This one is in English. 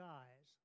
eyes